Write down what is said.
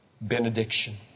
benediction